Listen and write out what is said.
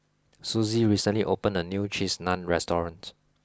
Suzie recently opened a new Cheese Naan restaurant